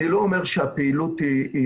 אני לא אומר שהפעילות מספיקה,